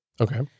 Okay